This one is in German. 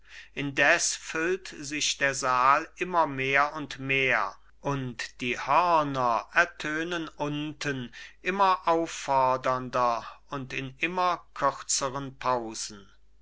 indes füllt sich der saal immer mehr und mehr und die hörner ertönen unten immer auffordernder und in immer kürzeren pausen